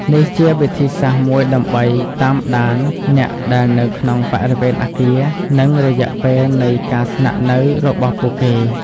នេះជាវិធីសាស្រ្តមួយដើម្បីតាមដានអ្នកដែលនៅក្នុងបរិវេណអគារ និងរយៈពេលនៃការស្នាក់នៅរបស់ពួកគេ។